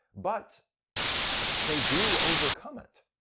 but they do overcome it.